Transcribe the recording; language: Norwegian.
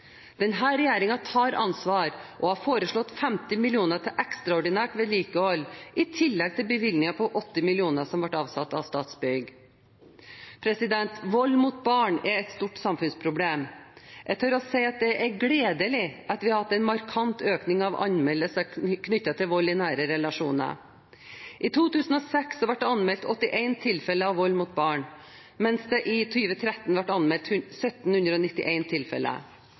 tar ansvar og har foreslått 50 mill. kr til ekstraordinært vedlikehold, i tillegg til bevilgningen på 80 mill. kr, som ble avsatt av Statsbygg. Vold mot barn er et stort samfunnsproblem. Jeg tør si at det er gledelig at vi har hatt en markant økning av anmeldelser knyttet til vold i nære relasjoner. I 2006 ble det anmeldt 81 tilfeller av vold mot barn, mens det i 2013 ble anmeldt